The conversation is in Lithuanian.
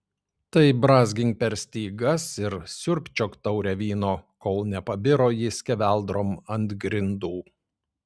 tai brązgink per stygas ir siurbčiok taurę vyno kol nepabiro ji skeveldrom ant grindų